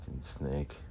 snake